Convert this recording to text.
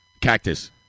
Cactus